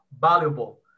valuable